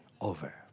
over